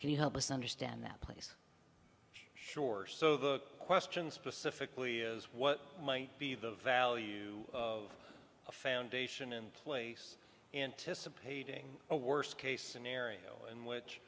can you help us understand that place sure so the question specifically is what might be the value of a foundation in place anticipating a worst case scenario in which